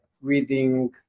reading